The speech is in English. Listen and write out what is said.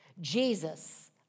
Jesus